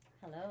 Hello